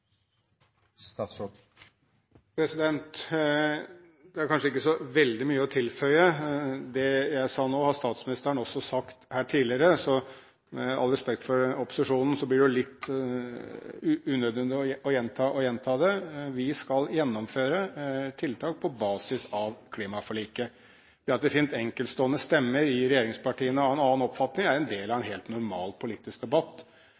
debatter. Det er kanskje ikke så veldig mye å tilføye. Det jeg sa nå, har statsministeren også sagt her tidligere. Så med all respekt for opposisjonen, det blir litt unødvendig å gjenta og gjenta det. Vi skal gjennomføre tiltak på basis av klimaforliket. Det at det finnes enkeltstående stemmer i regjeringspartiene av en annen oppfatning, er en del av en helt normal politisk debatt.